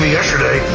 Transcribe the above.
yesterday